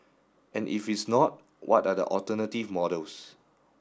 and if it's not what are the alternative models